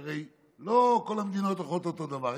כי הרי לא כל המדינות הולכות אותו דבר,